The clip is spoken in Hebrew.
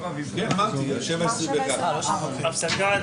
אנחנו בהצבעה על